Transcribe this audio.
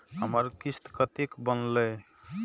हमर किस्त कतैक बनले?